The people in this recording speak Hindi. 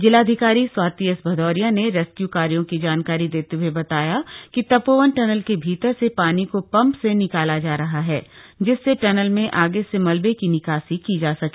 जिलाधिकारी स्वाति एस भदौरिया ने रेस्क्यू कार्यों की जानकारी देते हुए बताया कि तपोवन टनल के भीतर से पानी को पम्प से निकाला जा रहा है जिससे टनल में आगे से मलबे की निकासी की जा सके